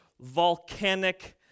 volcanic